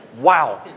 Wow